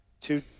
two